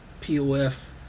POF